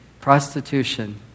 prostitution